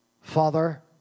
Father